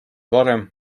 varem